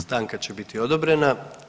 Stanka će biti odobrena.